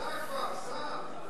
סע כבר, סע.